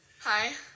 Hi